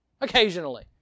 Occasionally